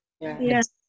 yes